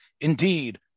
indeed